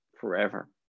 forever